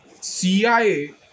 CIA